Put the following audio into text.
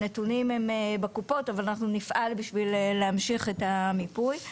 הנתונים הם בקופות אבל אנחנו נפעל בשביל להמשיך את המיפוי.